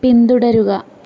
പിന്തുടരുക